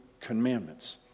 commandments